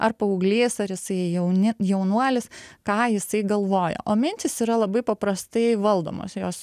ar paauglys ar jisai jauni jaunuolis ką jisai galvoja o mintys yra labai paprastai valdomos jos